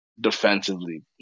defensively